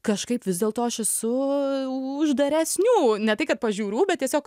kažkaip vis dėl to aš esu uždaresnių ne tai kad pažiūrų bet tiesiog